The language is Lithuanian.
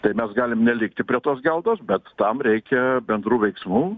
tai mes galim nelikti prie tos geldos bet tam reikia bendrų veiksmų